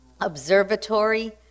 observatory